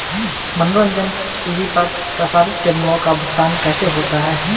मनोरंजन टी.वी पर प्रसारित चैनलों का भुगतान कैसे होता है?